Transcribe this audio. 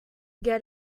get